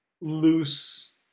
loose